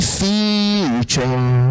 future